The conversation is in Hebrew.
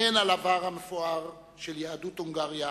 הן על העבר המפואר של יהדות הונגריה,